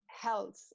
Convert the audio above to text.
health